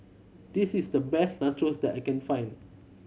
this is the best Nachos that I can find